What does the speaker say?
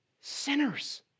sinners